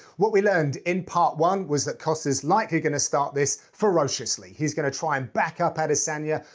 what we learned in part one was that costa's likely gonna start this ferociously. he's gonna try and back up adesanya.